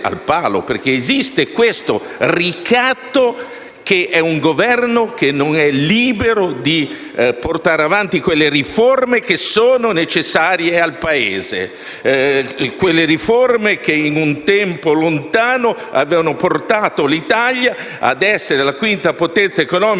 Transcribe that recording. perché esiste questo ricatto e il Governo non è libero di portare avanti le riforme necessarie al Paese e che, in un tempo lontano, avevano portato l'Italia ad essere la quinta potenza economica